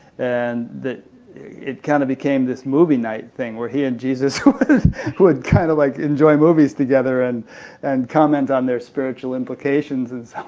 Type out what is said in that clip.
and that it kind of became this movie-night thing, where he and jesus would kind of like enjoy movies together and and comment on their spiritual implications